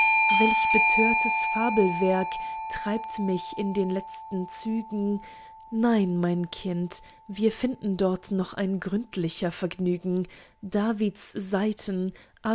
welch betörtes fabelwerk treibt mich in den letzten zügen nein mein kind wir finden dort noch ein gründlicher vergnügen davids saiten